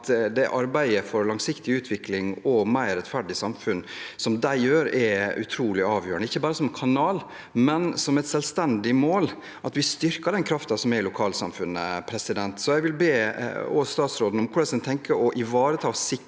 arbeidet for langsiktig utvikling og et mer rettferdig samfunn som de gjør, er utrolig avgjørende, ikke bare som kanal, men som et selvstendig mål – at vi styrker den kraften som er i lokalsamfunnet. Jeg vil spørre statsråden om hvordan en tenker å ivareta og sikre